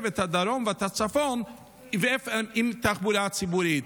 את הדרום ואת הצפון עם תחבורה ציבורית,